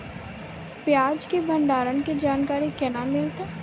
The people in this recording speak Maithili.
प्याज के भंडारण के जानकारी केना मिलतै?